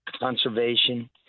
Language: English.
conservation